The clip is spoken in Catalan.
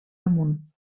damunt